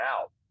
out